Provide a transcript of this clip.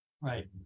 Right